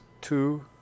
two